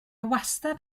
wastad